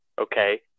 okay